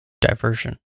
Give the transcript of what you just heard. diversion